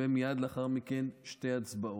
ומייד לאחר מכן שתי ההצבעות.